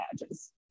badges